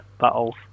battles